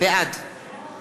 בעד